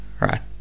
Right